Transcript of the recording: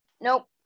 nope